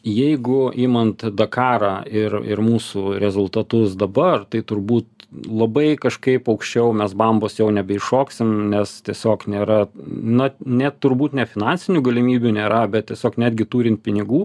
jeigu imant dakarą ir ir mūsų rezultatus dabar tai turbūt labai kažkaip aukščiau mes bambos jau nebeiššoksim nes tiesiog nėra na net turbūt ne finansinių galimybių nėra bet tiesiog netgi turint pinigų